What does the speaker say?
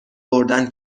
بردن